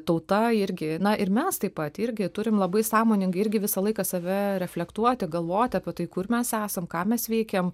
tauta irgi ir mes taip pat irgi turim labai sąmoningai irgi visą laiką save reflektuoti galvoti apie tai kur mes esam ką mes veikiam